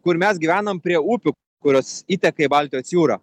kur mes gyvenam prie upių kurios įteka į baltijos jūrą